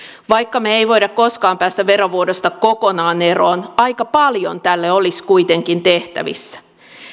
vaikka me emme voi koskaan päästä verovuodosta kokonaan eroon aika paljon tälle olisi kuitenkin tehtävissä